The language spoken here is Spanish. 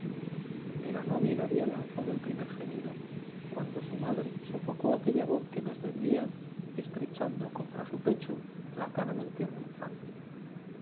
pero no bien había lanzado el primer gemido cuando su madre sofocó aquella voz que nos vendía estrechando contra su pecho la cara del tierno infante